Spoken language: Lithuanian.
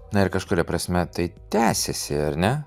na ir kažkuria prasme tai tęsiasi ar ne